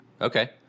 Okay